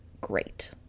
great